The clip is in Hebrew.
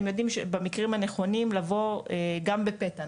והם יודעים במקרים הנכונים לבוא גם לביקור פתע,